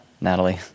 Natalie